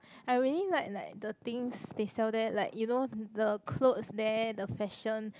I really like like the things they sell there like you know the clothes there the fashion